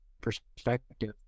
perspective